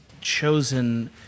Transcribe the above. chosen